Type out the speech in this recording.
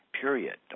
period